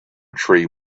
tree